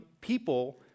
people